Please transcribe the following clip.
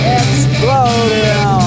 exploding